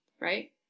Right